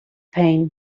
pain